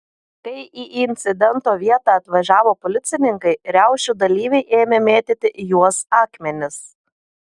kai į incidento vietą atvažiavo policininkai riaušių dalyviai ėmė mėtyti į juos akmenis